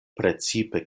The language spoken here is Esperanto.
precipe